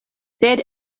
sed